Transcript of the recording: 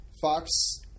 Fox